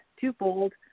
twofold